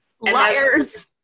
Liars